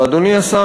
ואדוני השר,